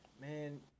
man